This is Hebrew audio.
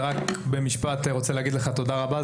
אני רק במשפט רוצה להגיד לך תודה רבה.